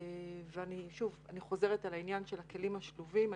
ואני חוזרת על העניין של הכלים השלובים.